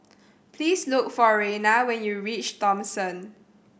please look for Reina when you reach Thomson